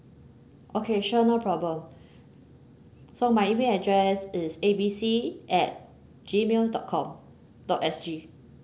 okay sure no problem so my email address is A B C at gmail dot com dot S_G